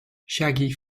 shaggy